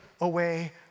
away